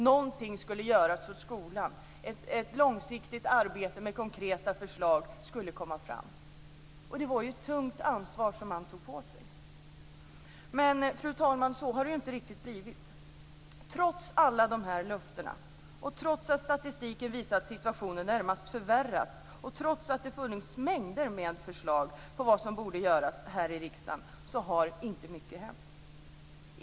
Någonting skulle göras åt skolan. Ett långsiktigt arbete med konkreta förslag skulle komma fram. Det var ett tungt ansvar som man tog på sig. Men så har det inte riktigt blivit, fru talman! Trots alla löften, trots att statistiken visar att situationen närmast förvärrats och trots att det funnits en mängd förslag på vad som borde göras här i riksdagen har inte mycket hänt.